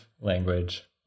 language